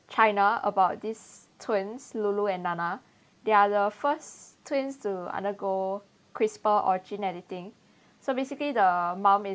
china about this twins lulu and nana they are the first twins to undergo crisper or gene editing so basically the mum is